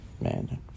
man